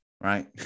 right